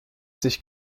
sich